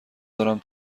دارم